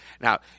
now